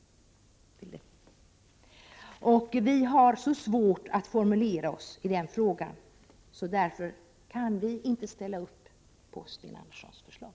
Vi har mycket svårt att formulera oss i den frågan, och därför kan vi inte ställa upp på Sten Anderssons i Malmö förslag.